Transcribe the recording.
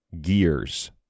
gears